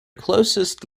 closest